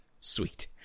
sweet